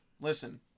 listen